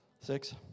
Six